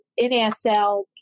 NSL